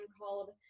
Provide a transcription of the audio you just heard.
called